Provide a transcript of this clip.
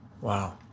Wow